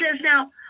now